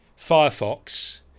Firefox